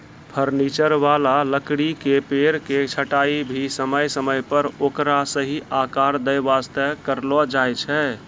furniture वाला लकड़ी के पेड़ के छंटाई भी समय समय पर ओकरा सही आकार दै वास्तॅ करलो जाय छै